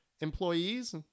employees